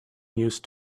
used